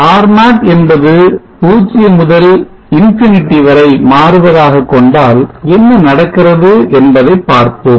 R0 என்பது 0 முதல் ∞ வரை மாறுவதாக கொண்டால் என்ன நடக்கிறது என்பதை பார்ப்போம்